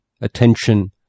attention